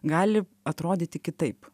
gali atrodyti kitaip